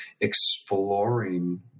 exploring